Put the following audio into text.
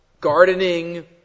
gardening